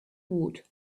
woot